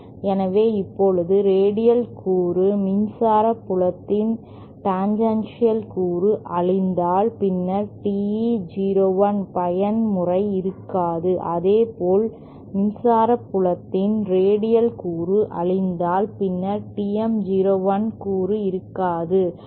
எனவே இப்போது ரேடியல் கூறு மின்சார புலத்தின் டேன்ஜென்ஷியல் கூறு அழிந்தால் பின்னர் TE 01 பயன்முறை இருக்காது அதேபோல் மின்சார புலத்தின் ரேடியல் கூறு அழிந்தால் பின்னர் TM 01 கூறு இருக்காது